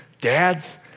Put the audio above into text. Dads